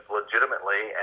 legitimately